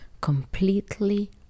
completely